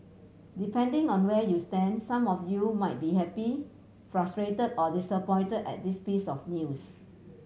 depending on where you stand some of you might be happy frustrated or disappointed at this piece of news